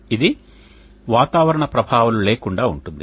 ఇది వాతావరణ ప్రభావాలు లేకుండా ఉంటుంది